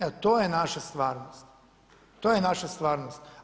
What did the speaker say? Evo to je naša stvarnost, to je naša stvarnost.